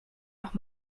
noch